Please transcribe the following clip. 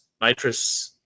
Nitrous